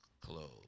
clothes